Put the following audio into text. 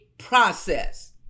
process